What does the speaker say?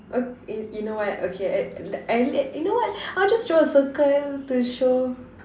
oh you you know what okay you know what I'll just draw a circle to show